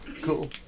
Cool